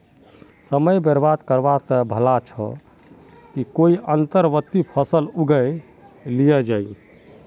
समय बर्बाद करवा स भला छ कोई अंतर्वर्ती फसल उगइ लिल जइ